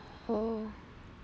oh